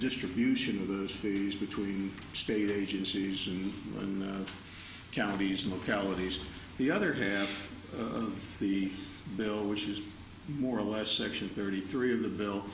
distribution of the fees between state agencies and and counties and localities the other half of the bill which is more or less section thirty three of the bill